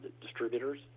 distributors